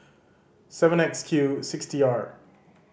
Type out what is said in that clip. seven X Q six T R